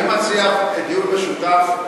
אני מציע דיון משותף.